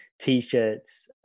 t-shirts